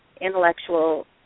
intellectual